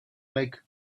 like